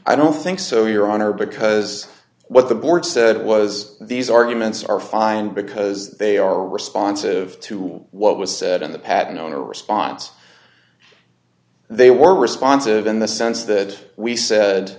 i don't think so your honor because what the board said was these arguments are fine because they are responsive to what was said in the patent owner response they were responsive in the sense that we said